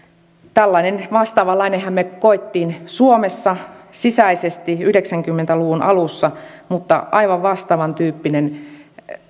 tällaisen vastaavanlaisenhan me koimme suomessa sisäisesti yhdeksänkymmentä luvun alussa mutta aivan vastaavan tyyppinen